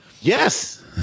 Yes